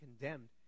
condemned